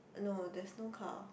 no there's no car